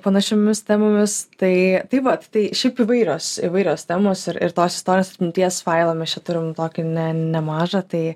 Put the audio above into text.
panašiomis temomis tai tai vat tai šiaip įvairios įvairios temos ir ir tos istorijos atminties failą mes čia turim tokį ne nemažą tai